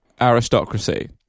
aristocracy